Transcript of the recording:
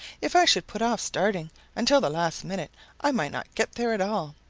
if i should put off starting until the last minute i might not get there at all.